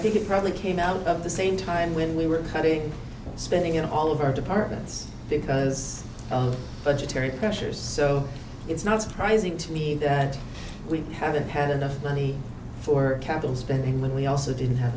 think it probably came out of the same time when we were cutting spending in all of our departments because of budgetary pressures so it's not surprising to me that we haven't had enough money for capital spending we also didn't have